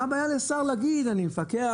מה הבעיה לשר להגיד: אני מפקח,